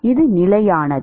இது நிலையானது